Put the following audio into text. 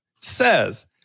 says